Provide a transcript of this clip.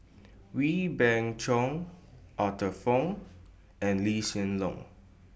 Wee Beng Chong Arthur Fong and Lee Hsien Loong